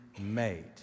made